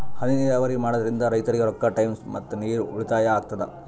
ಹನಿ ನೀರಾವರಿ ಮಾಡಾದ್ರಿಂದ್ ರೈತರಿಗ್ ರೊಕ್ಕಾ ಟೈಮ್ ಮತ್ತ ನೀರ್ ಉಳ್ತಾಯಾ ಆಗ್ತದಾ